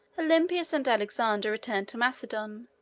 olympias and alexander returned to macedon,